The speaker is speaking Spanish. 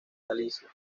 galicia